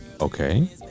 Okay